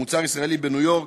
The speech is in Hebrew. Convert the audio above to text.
מוצר ישראלי, בניו-יורק,